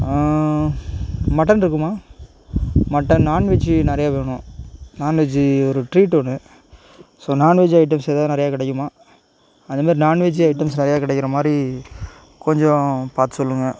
mutton இருக்குமா mutton non veggie நிறைய வேணும் நான் வெஜ்ஜி ஒரு ட்ரீட் ஒன்று ஸோ நான் வெஜ் ஐட்டம்ஸ் ஏதாவது நிறையா கிடைக்குமா அதமாரி நான் வெஜ் ஐட்டம்ஸ் நிறையா கிடைக்கிற மாதிரி கொஞ்சம் பார்த்து சொல்லுங்கள்